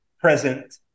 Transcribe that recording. present